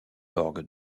orgue